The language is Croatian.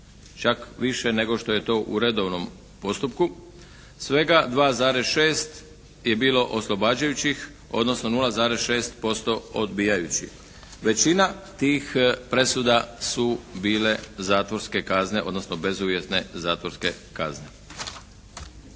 čak više nego što je to u redovnom postupku, svega 2,6 je bilo oslobađajućih, odnosno 0,6% odbijajućih. Većina tih presuda su bile zatvorske kazne, odnosno bezuvjetne zatvorske kazne.